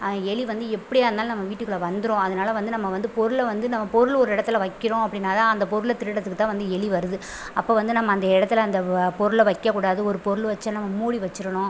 எலி வந்து எப்படியா இருந்தாலும் நம்ம வீட்டுக்குள்ளே வந்துடும் அதனால வந்து நம்ம வந்து பொருளை வந்து நம்ப பொருள் ஒரு இடத்துல வைக்கிறோம் அப்படினாதா அந்த பொருள் திருடுறதுக்குதான் வந்து எலி வருது அப்போ வந்து நம்ம அந்த இடத்துல அந்த பொருளை வைக்கக் கூடாது ஒரு பொருள் வச்சோம்னால் மூடி வச்சுடணும்